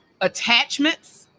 attachments